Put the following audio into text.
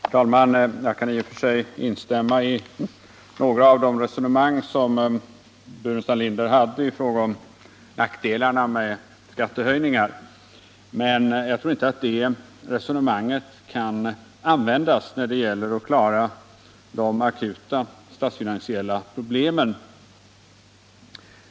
Herr talman! Jag kan i och för sig instämma i något av det resonemang som Staffan Burenstam Linder förde i fråga om nackdelarna med skattehöjningar. Men jag tror inte att det resonemanget kan användas när det gäller att klara de akuta statsfinansiella problemen.